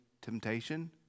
temptation